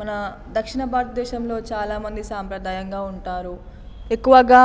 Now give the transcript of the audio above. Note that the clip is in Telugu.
మన దక్షిణ భారతదేశంలో చాలా మంది సంప్రదాయంగా ఉంటారు ఎక్కువగా